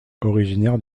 originaire